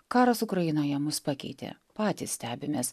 karas ukrainoje mus pakeitė patys stebimės